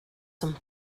some